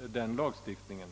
denna lagstiftning.